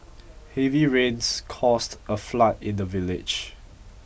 heavy rains caused a flood in the village